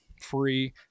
free